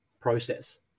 process